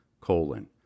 colon